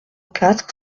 quatre